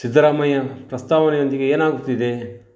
ಸಿದ್ಧರಾಮಯ್ಯ ಪ್ರಸ್ತಾವನೆಯೊಂದಿಗೆ ಏನಾಗುತ್ತಿದೆ